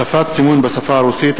(הוספת סימון בשפה הרוסית),